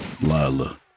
Lila